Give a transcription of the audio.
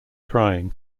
crying